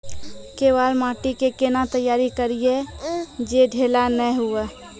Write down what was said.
केवाल माटी के कैना तैयारी करिए जे ढेला नैय हुए?